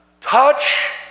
touch